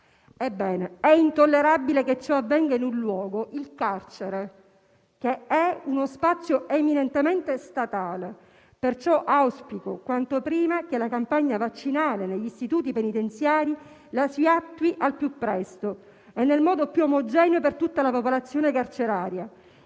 Ebbene, è intollerabile che ciò avvenga in un luogo, il carcere, che è uno spazio eminentemente statale. Auspico pertanto che la campagna vaccinale negli istituti penitenziari venga attuata al più presto e nel modo più omogeneo per tutta la popolazione carceraria.